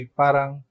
parang